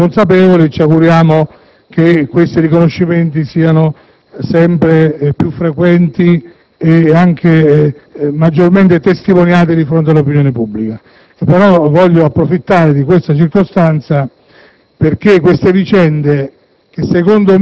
sia consapevole di questo. Ci auguriamo che questi riconoscimenti siano sempre più frequenti, anche maggiormente testimoniati di fronte all'opinione pubblica. Voglio approfittare di questa circostanza perché queste vicende,